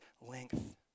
length